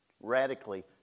radically